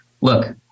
look